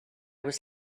was